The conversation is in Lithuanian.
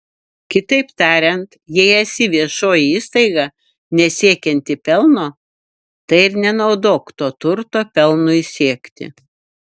kitaip tariant jei esi viešoji įstaiga nesiekianti pelno tai ir nenaudok to turto pelnui siekti